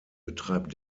betreibt